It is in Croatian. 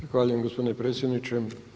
Zahvaljujem gospodine predsjedniče.